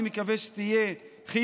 אני מקווה שהיא תהיה חיובית,